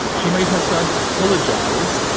she made her son apologize,